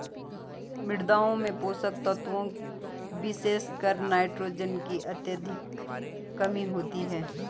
मृदाओं में पोषक तत्वों विशेषकर नाइट्रोजन की अत्यधिक कमी होती है